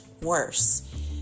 worse